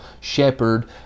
shepherd